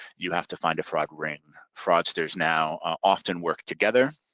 you have to find a fraud ring. fraudsters now often work together